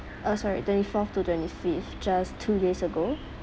uh sorry twenty fourth to twenty fifth just two days ago